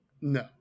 No